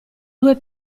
due